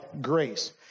grace